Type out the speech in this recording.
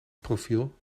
profiel